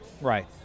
Right